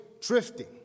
drifting